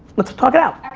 let's talk it out.